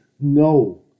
no